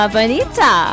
Bonita